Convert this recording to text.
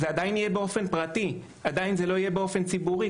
זה עדיין יהיה באופן פרטי ולא באופן ציבורי,